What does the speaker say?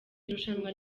irushanwa